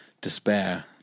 despair